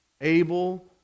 Abel